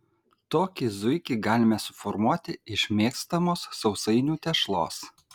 tokį zuikį galime suformuoti iš mėgstamos sausainių tešlos